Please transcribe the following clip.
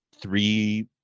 three